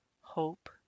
hope